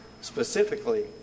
Specifically